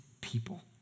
people